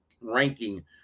ranking